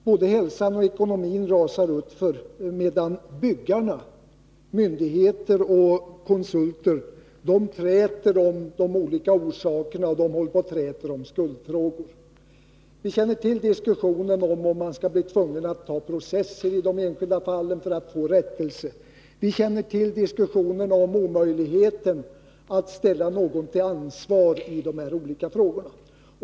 Både hälsan och ekonomin rasar utför, medan byggarna, myndigheter och konsulter, träter om olika orsaker och om skuldfrågor. Vi känner till diskussionen om huruvida man skall öppna process i de enskilda fallen för att få rättelse, och vi känner till diskussionen om omöjligheten att ställa någon till ansvar i de här olika frågorna.